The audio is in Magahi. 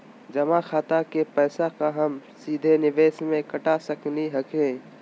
जमा खाता के पैसा का हम सीधे निवेस में कटा सकली हई?